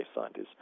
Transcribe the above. scientists